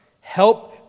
help